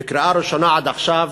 בקריאה ראשונה עד עכשיו,